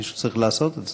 מישהו צריך לעשות את זה.